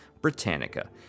Britannica